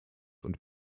und